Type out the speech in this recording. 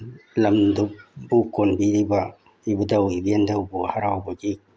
ꯂꯝꯗꯨꯕꯨ ꯀꯣꯟꯕꯤꯔꯤꯕ ꯏꯕꯨꯙꯧ ꯏꯕꯦꯟꯙꯧꯕꯨ ꯍꯔꯥꯎꯕꯒꯤ